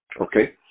okay